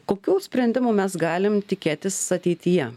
kokių sprendimų mes galim tikėtis ateityje